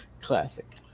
Classic